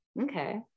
Okay